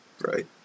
Right